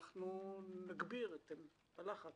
נגביר את הלחץ.